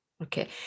Okay